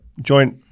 joint